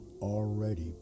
already